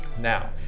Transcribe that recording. Now